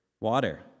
water